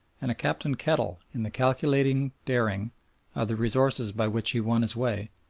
and a captain kettle in the calculating daring of the resources by which he won his way,